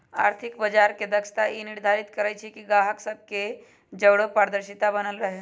आर्थिक बजार के दक्षता ई निर्धारित करइ छइ कि गाहक सभ के जओरे पारदर्शिता बनल रहे